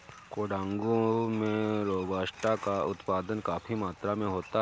कोडागू में रोबस्टा का उत्पादन काफी मात्रा में होता है